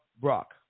Brock